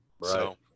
Right